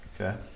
okay